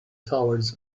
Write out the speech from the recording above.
towards